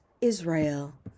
Israel